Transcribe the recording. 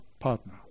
partner